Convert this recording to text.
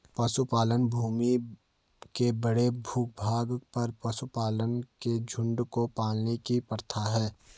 पशुपालन भूमि के बड़े भूभाग पर पशुओं के झुंड को पालने की प्रथा है